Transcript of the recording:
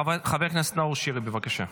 חבר הכנסת נאור שירי, בבקשה.